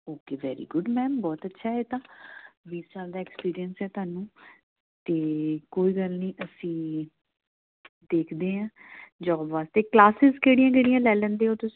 okay very good ma'am ਬਹੁਤ ਅੱਛਾ ਇਹ ਤਾਂ ਵੀਹ ਸਾਲ ਦਾ ਐਕਸਪੀਰੀਅੰਸ ਆ ਤੁਹਾਨੂੰ ਅਤੇ ਕੋਈ ਗੱਲ ਨਹੀਂ ਅਸੀਂ ਦੇਖਦੇ ਹਾਂ ਜੋਬ ਵਾਸਤੇ ਕਲਾਸਿਸ ਕਿਹੜੀਆ ਕਿਹੜੀਆਂ ਲੈ ਲੈਂਦੇ ਹੋ ਤੁਸੀਂ